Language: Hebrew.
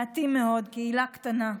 מעטים מאוד, קהילה קטנה.